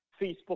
Facebook